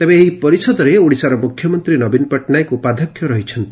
ତେବେ ଏହି ପରିଷଦରେ ଓଡ଼ିଶାର ମୁଖ୍ୟମନ୍ତୀ ନବୀନ ପଟ୍ଟନାୟକ ଉପାଧ୍ୟକ୍ଷ ରହିଛନ୍ତି